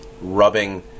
rubbing